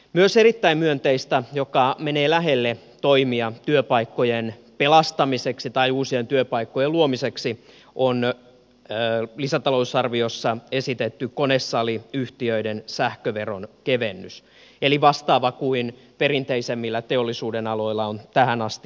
myös erittäin myönteistä joka menee lähelle toimia työpaikkojen pelastamiseksi tai uusien työpaikkojen luomiseksi on lisätalousarviossa esitetty konesaliyhtiöiden sähköveron kevennys eli vastaava kuin perinteisemmillä teollisuudenaloilla on tähän asti ollut